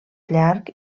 llarg